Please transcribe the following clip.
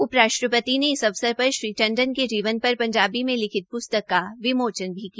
उपराष्ट्रपति ने इस अवसर पर श्री टंडन के जीवन पर पंजाबी में लिखित पृस्तक का विमोचन भी किया